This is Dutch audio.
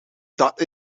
dat